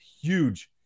huge